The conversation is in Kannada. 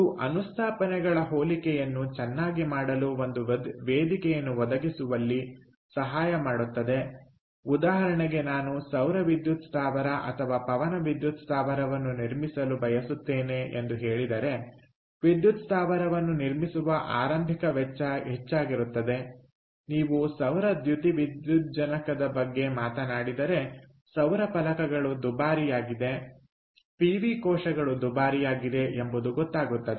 ಇದು ಅನುಸ್ಥಾಪನೆಗಳ ಹೋಲಿಕೆಯನ್ನು ಚನ್ನಾಗಿ ಮಾಡಲು ಒಂದು ವೇದಿಕೆಯನ್ನು ಒದಗಿಸುವಲ್ಲಿ ಸಹಾಯ ಮಾಡುತ್ತದೆ ಉದಾಹರಣೆಗೆ ನಾನು ಸೌರ ವಿದ್ಯುತ್ ಸ್ಥಾವರ ಅಥವಾ ಪವನ ವಿದ್ಯುತ್ ಸ್ಥಾವರವನ್ನು ನಿರ್ಮಿಸಲು ಬಯಸುತ್ತೇನೆ ಎಂದು ಹೇಳಿದರೆ ವಿದ್ಯುತ್ ಸ್ಥಾವರವನ್ನು ನಿರ್ಮಿಸುವ ಆರಂಭಿಕ ವೆಚ್ಚ ಹೆಚ್ಚಾಗಿರುತ್ತದೆ ನೀವು ಸೌರ ದ್ಯುತಿವಿದ್ಯುಜ್ಜನಕದ ಬಗ್ಗೆ ಮಾತನಾಡಿದರೆ ಸೌರ ಫಲಕಗಳು ದುಬಾರಿಯಾಗಿದೆ ಪಿವಿ ಕೋಶಗಳು ದುಬಾರಿಯಾಗಿದೆ ಎಂಬುದು ಗೊತ್ತಾಗುತ್ತದೆ